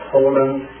Poland